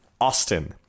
Austin